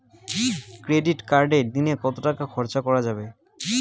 Credit কার্ডে দিনে কত টাকা খরচ করা যাবে?